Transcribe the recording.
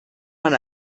man